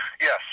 Yes